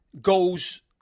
goes